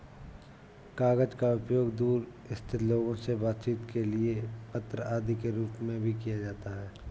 कागज का उपयोग दूर स्थित लोगों से बातचीत के लिए पत्र आदि के रूप में किया जाता है